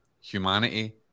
humanity